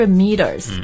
meters